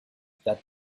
that